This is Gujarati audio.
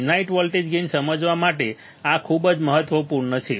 ફિનાઈટ વોલ્ટેજ ગેઇન સમજવા માટે આ ખૂબ જ મહત્વપૂર્ણ છે